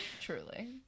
Truly